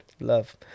love